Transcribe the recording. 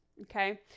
okay